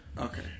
Okay